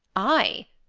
i!